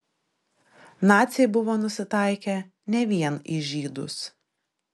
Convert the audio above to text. naciai buvo nusitaikę ne vien į žydus